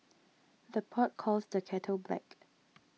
the pot calls the kettle black